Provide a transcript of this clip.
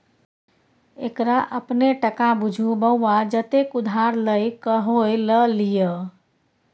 एकरा अपने टका बुझु बौआ जतेक उधार लए क होए ल लिअ